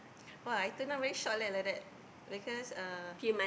!wah! I tunang very short leh like that because uh